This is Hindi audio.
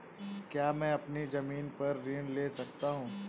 क्या मैं अपनी ज़मीन पर ऋण ले सकता हूँ?